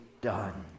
done